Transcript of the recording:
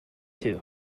too